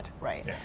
Right